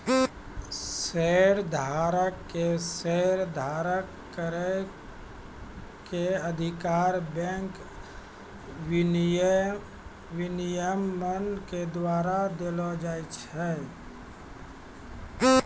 शेयरधारक के शेयर धारण करै के अधिकार बैंक विनियमन के द्वारा देलो जाय छै